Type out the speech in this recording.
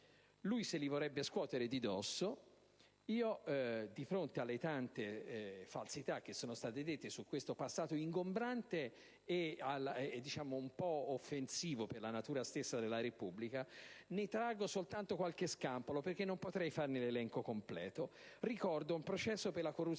Lui se li vorrebbe scuotere di dosso; io, di fronte alle tante falsità che sono state dette su questo passato ingombrante e un po' offensivo per la natura stessa della Repubblica, ne traggo soltanto qualche scampolo, perché non potrei farne l'elenco completo. Ricordo un processo per la corruzione